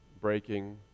breaking